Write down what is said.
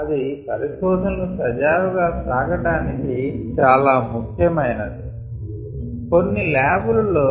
అది పరిశోధనలు సజావుగా సాగడానికి చాలా ముఖ్యమైనది కొన్ని ల్యాబు లలో